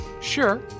Sure